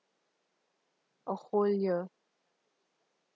a whole year